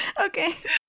okay